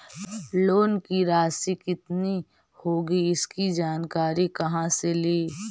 Loan की रासि कितनी होगी इसकी जानकारी कहा से ली?